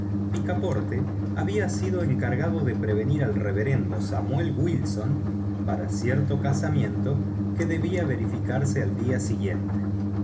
picaporte había sido encargado de prevenir al reverendo samuel wilson para cierto casamiento que debía verificarse al día siguiente